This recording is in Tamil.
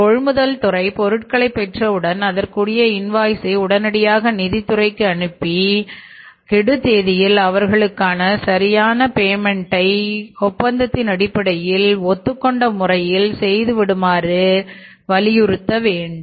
கொள்முதல் துறை பொருட்களை பெற்றவுடன் அதற்குரிய இன்வாய்ஸை உடனடியாக நிதித் துறைக்கு அனுப்பி கெடு தேதியில் அவர்களுக்கான சரியானபேமென்ட்ஒப்பந்தத்தின்அடிப்படையில் ஒத்துக்கொண்ட முறையில் செய்து விடுமாறும் வலியுறுத்த வேண்டும்